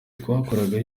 twakorera